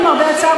למרבה הצער,